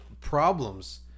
problems